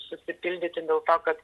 susipildyti dėl to kad